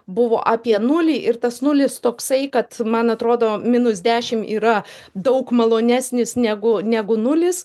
buvo apie nulį ir tas nulis toksai kad man atrodo minus dešim yra daug malonesnis negu negu nulis